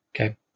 Okay